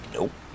Nope